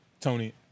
Tony